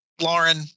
Lauren